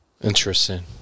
Interesting